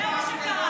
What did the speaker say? זה מה שקרה.